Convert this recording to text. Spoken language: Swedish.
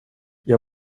jag